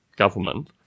government